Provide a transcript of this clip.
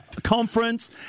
conference